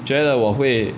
觉得我会